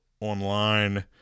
online